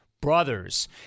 brothers